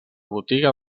botiga